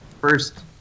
First